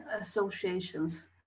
associations